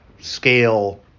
scale